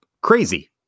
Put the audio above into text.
crazy